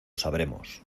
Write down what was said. sabremos